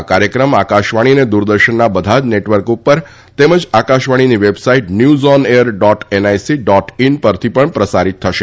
આ કાર્યક્રમ આકાશવાણી અને દૂરદર્શનના બધા જ નેટવર્ક ઉપર તેમજ આકાશવાણીની website news on air dot NIC dot in પરથી પણ પ્રસારીત થશે